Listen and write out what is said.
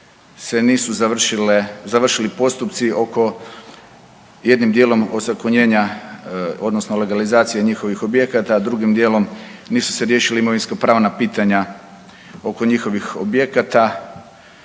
završile, završili …postupci oko jednim dijelom ozakonjenja odnosno legalizacije njihovih objekata, a drugim dijelom nisu se riješila imovinskopravna pitanja oko njihovih objekata,